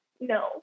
no